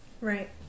Right